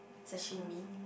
sashimi